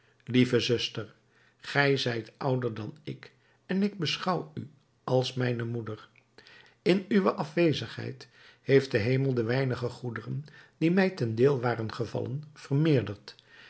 lieve zuster gij zijt ouder dan ik en ik beschouw u als mijne moeder in uwe afwezigheid heeft de hemel de weinige goederen die mij ten deel waren gevallen vermeerderd